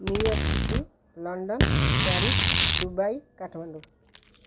New York city London Paris Dubai Kathmandu